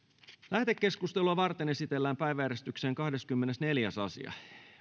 lähetekeskustelua varten esitellään päiväjärjestyksen kahdeskymmenesneljäs asia